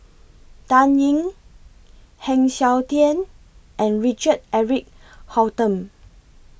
Dan Ying Heng Siok Tian and Richard Eric Holttum